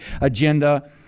agenda